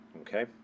Okay